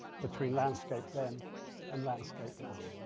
between landscape then and landscape now.